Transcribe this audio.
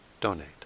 donate